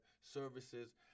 services